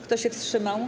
Kto się wstrzymał?